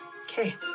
Okay